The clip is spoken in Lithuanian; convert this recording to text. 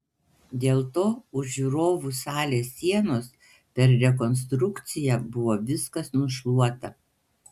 dėl to už žiūrovų salės sienos per rekonstrukciją buvo viskas nušluota